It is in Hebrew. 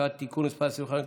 (הוראת שעה) (תיקון מס' 25),